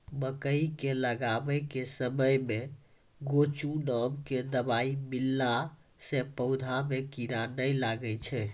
मकई के लगाबै के समय मे गोचु नाम के दवाई मिलैला से पौधा मे कीड़ा नैय लागै छै?